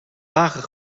wagen